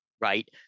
Right